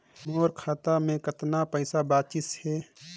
मोर खाता मे कतना पइसा बाचिस हे?